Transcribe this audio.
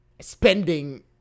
Spending